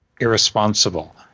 irresponsible